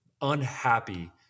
unhappy